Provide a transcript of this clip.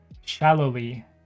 shallowly